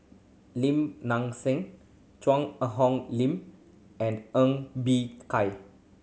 Lim Nang Seng Cheang Hong Lim and Ng Bee Kai